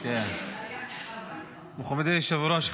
מכובדי היושב-ראש,